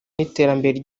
n’iterambere